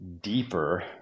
deeper